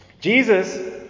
Jesus